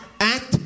act